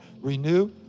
renew